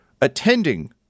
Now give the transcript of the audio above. attending